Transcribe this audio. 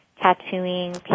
tattooing